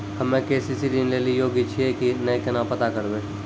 हम्मे के.सी.सी ऋण लेली योग्य छियै की नैय केना पता करबै?